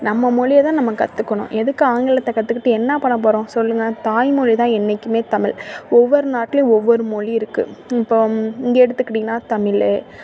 நம்ம மொழிய தான் நம்ம கற்றுக்கணும் எதுக்கு ஆங்கிலத்தை கற்றுக்கிட்டு என்ன பண்ணப்போகிறோம் சொல்லுங்க தாய்மொழி தான் என்றைக்குமே தமிழ் ஒவ்வொரு நாட்லேயும் ஒவ்வொரு மொழி இருக்குது இப்போ இங்கே எடுத்துக்கிட்டிங்கனா தமிழ்